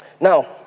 Now